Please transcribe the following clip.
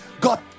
God